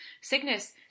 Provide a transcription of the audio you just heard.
sickness